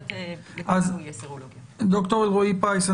אז ד"ר אלרעי-פרייס,